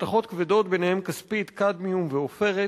מתכות כבדות, וביניהן כספית, קדמיום ועופרת,